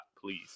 please